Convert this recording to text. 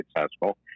successful